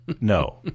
No